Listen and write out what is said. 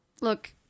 look